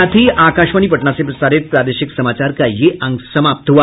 इसके साथ ही आकाशवाणी पटना से प्रसारित प्रादेशिक समाचार का ये अंक समाप्त हुआ